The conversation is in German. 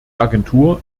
agentur